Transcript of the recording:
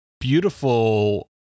beautiful